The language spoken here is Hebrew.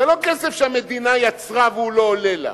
זה לא כסף שהמדינה יצרה והוא לא עולה לה.